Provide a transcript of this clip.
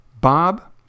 Bob